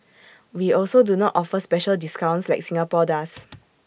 we also do not offer special discounts like Singapore does